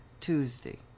Tuesday